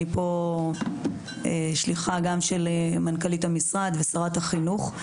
אני כאן שליחה גם של מנכ"לית המשרד וגם של שרת החינוך.